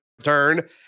Turn